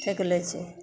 ठकि लै छै